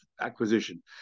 acquisition